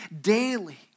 daily